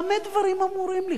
במה דברים אמורים לכאורה?